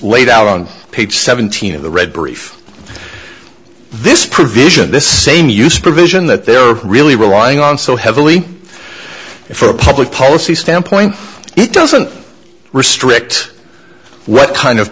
laid out on page seventeen of the red brief this provision this same use provision that there really relying on so heavily for a public policy standpoint it doesn't restrict what kind of